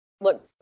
look